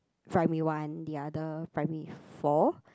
primary one the other primary four